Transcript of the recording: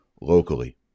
locally